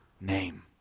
name